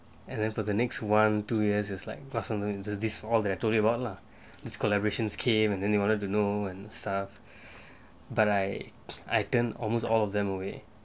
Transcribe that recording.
and then for the next one two years is like blossomed into this all that I told you about lah it's collaborations came and then they wanted to know and stuff but I I turned almost all of them away